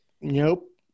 nope